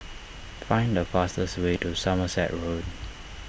find the fastest way to Somerset Road